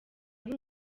ari